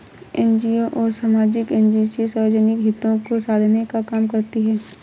NGO और सामाजिक agency सार्वजनिक हितों को साधने का काम करती हैं